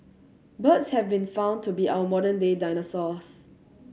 birds have been found to be our modern day dinosaurs